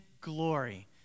glory